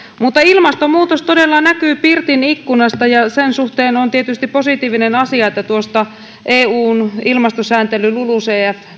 mutta ilmastonmuutos todella näkyy pirtin ikkunasta ja sen suhteen on tietysti positiivinen asia että tuosta eun ilmastosääntely lulucf